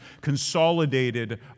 consolidated